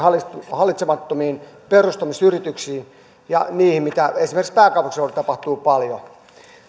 hallitsemattomiin perustamisyrityksiin ja niihin mitä esimerkiksi pääkaupunkiseudulla tapahtuu paljon